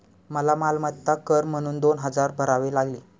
मला मालमत्ता कर म्हणून दोन हजार भरावे लागले